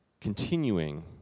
continuing